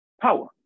power